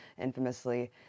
infamously